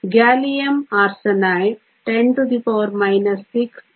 gallium arsenide 10 6 ರಿಂದ 10 2